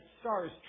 stars